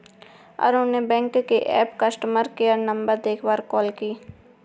अरुण ने बैंक के app customer care number देखकर कॉल किया